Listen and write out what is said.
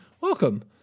welcome